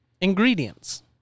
Ingredients